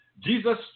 Jesus